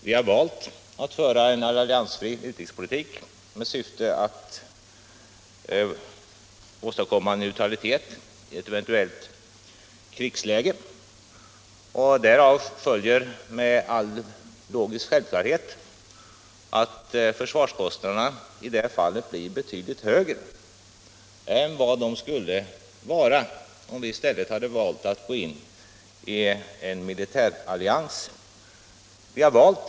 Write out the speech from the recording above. Vi har valt att föra en alliansfri utrikespolitik med syfte att åstadkomma neutralitet i ett eventuellt krigsläge. Därav följer med logisk självklarhet att försvarskostnaderna blir betydligt högre än de skulle vara om vi i stället hade valt att gå in i en militärallians. Vi har valt.